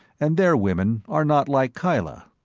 and their women are not like kyla.